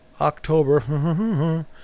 October